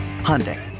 hyundai